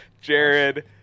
jared